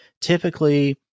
typically